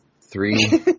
Three